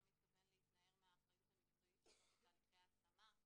מתכוון להתנער מהאחריות המקצועית שלו בתהליכי ההשמה,